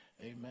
Amen